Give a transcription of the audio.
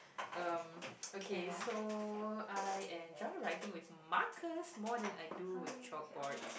um okay so I enjoy writing with markers more than I do with chalk boards